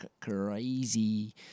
crazy